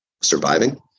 surviving